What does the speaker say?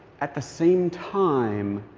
at the same time,